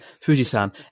Fuji-san